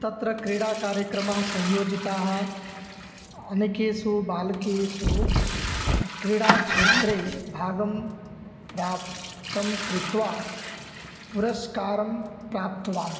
तत्र क्रीडाकार्यक्रमः संयोजिताः अनकेषु बालकेषु क्रीडाक्षेत्रे भागं प्राप्तं कृत्वा पुरस्कारं प्राप्तवान्